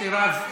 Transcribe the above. מוסי רז,